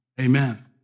amen